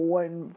one